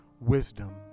wisdom